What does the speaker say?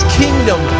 kingdom